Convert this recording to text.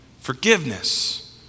forgiveness